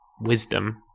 wisdom